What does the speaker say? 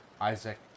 Isaac